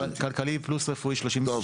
כלכלי פלוס רפואי --- הבנתי.